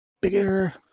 Bigger